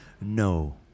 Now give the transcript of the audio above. No